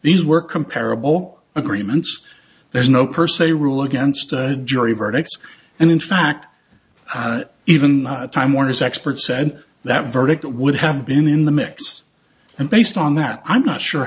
these were comparable agreements there's no per se rule against a jury verdict and in fact even the time warner's expert said that verdict would have been in the mix and based on that i'm not sure